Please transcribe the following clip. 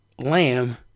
lamb